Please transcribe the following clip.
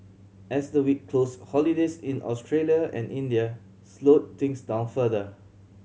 as the week closed holidays in Australia and India slowed things down further